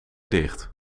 dicht